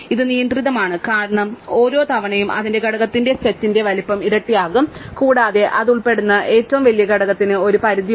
ഇത് നിയന്ത്രിതമാണ് കാരണം ഓരോ തവണയും അതിന്റെ ഘടകത്തിന്റെ സൈറ്റിന്റെ വലുപ്പം ഇരട്ടിയാകും കൂടാതെ അത് ഉൾപ്പെടുന്ന ഏറ്റവും വലിയ ഘടകത്തിന് ഒരു പരിധിയുണ്ട്